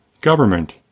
government